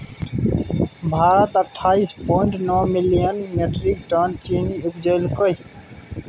भारत अट्ठाइस पॉइंट नो million metric tonne चीन्नी उपजेलकै